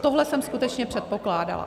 Tohle jsem skutečně předpokládala.